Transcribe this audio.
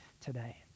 today